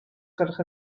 gwelwch